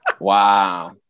wow